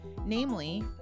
namely